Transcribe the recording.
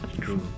True